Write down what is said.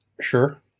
Sure